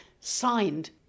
signed